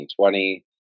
2020